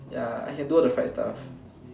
ya I can do all the fried stuff